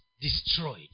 destroyed